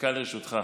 דקה לרשותך.